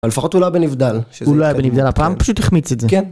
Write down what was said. אבל לפחות הוא לא היה בנבדל. -הוא לא היה בנבדל הפעם, הוא פשוט החמיץ את זה. -כן